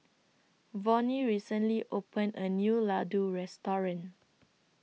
Vonnie recently opened A New Ladoo Restaurant